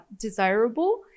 desirable